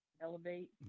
elevate